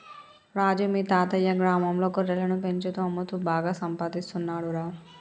రాజు మీ తాతయ్యా గ్రామంలో గొర్రెలను పెంచుతూ అమ్ముతూ బాగా సంపాదిస్తున్నాడురా